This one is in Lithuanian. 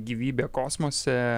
gyvybė kosmose